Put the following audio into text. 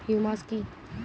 Humus কি?